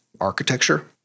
architecture